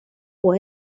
può